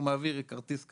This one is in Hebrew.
הוא מעביר כרטיס כזה,